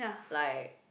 like